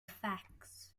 facts